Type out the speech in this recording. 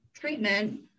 treatment